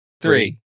three